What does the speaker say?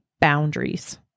boundaries